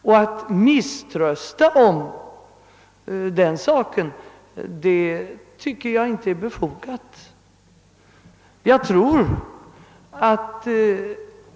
Att misströsta om den saken tycker jag inte är befogat.